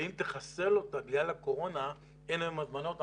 ואם תחסל אותה בגלל הקורונה אין היום הזמנות,